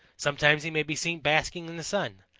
sometimes he may be seen basking in the sun,